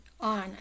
on